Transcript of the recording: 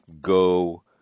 go